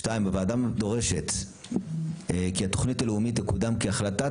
(ב) הוועדה דורשת כי התוכנית הלאומית תקודם כהחלטת